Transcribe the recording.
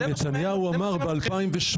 כי נתניהו אמר ב- 2008,